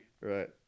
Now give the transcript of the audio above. right